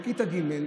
בכיתה ג',